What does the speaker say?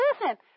Listen